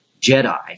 Jedi